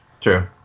True